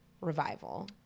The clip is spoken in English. revival